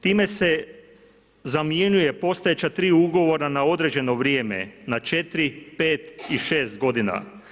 Time se zamjenjuju postojeća tri ugovora na određeno vrijeme, na 4, 5 i 6 godina.